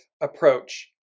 approach